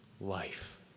life